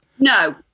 No